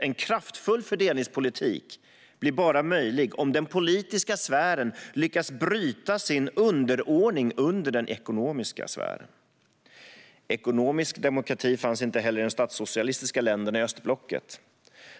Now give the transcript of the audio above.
En kraftfull fördelningspolitik blir bara möjlig om den politiska sfären lyckas bryta sin underordning under den ekonomiska sfären. Ekonomisk demokrati fanns inte heller i de statssocialistiska länderna i östblocket.